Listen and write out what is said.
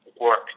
work